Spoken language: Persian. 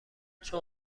چون